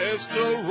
Esther